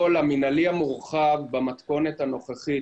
המינהלי המורחב במתכונת הנוכחית,